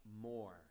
more